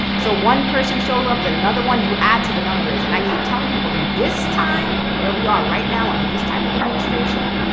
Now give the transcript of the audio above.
so one person shows up, then another one. you add to the numbers. and i keep telling people, in this time where we are right now, under this type of administration,